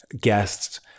guests